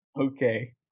Okay